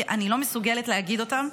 כי אני לא מסוגלת להגיד אותם.